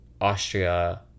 Austria